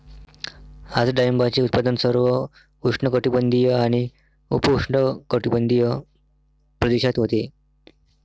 आज डाळिंबाचे उत्पादन सर्व उष्णकटिबंधीय आणि उपउष्णकटिबंधीय प्रदेशात होते